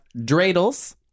Dreidels